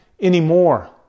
anymore